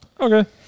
okay